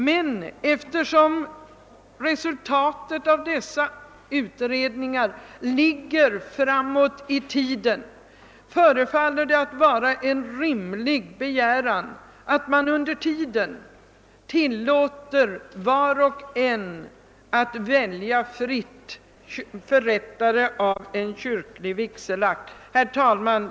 Men eftersom resultaten av dessa utredningars arbete inte kommer att presenteras förrän ett stycke framåt i tiden förefaller det vara en rimlig begäran att man under tiden tillåtes att fritt välja förrättare av kyrklig vigselakt. Herr talman!